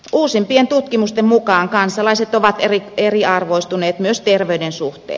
uusimpien tutkimusten mukaan kansalaiset ovat eriarvoistuneet myös terveyden suhteen